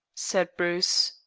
said bruce.